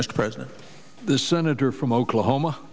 mr president the senator from oklahoma